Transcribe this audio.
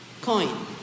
coin